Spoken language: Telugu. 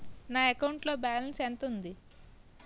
నా అకౌంట్ లో బాలన్స్ ఎంత ఉంది?